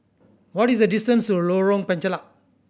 what is the distance to Lorong Penchalak